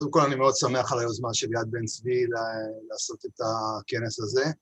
קודם כל אני מאוד שמח על היוזמה של יד בן צבי לעשות את הכנס הזה.